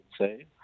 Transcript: say